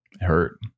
hurt